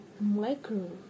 micro